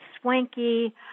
swanky